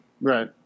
Right